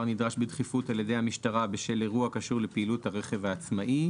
נדרש בדחיפות על ידי המשטרה בשל אירוע הקשור לפעילות הרכב העצמאי".